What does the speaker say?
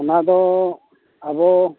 ᱚᱱᱟ ᱫᱚ ᱟᱵᱚ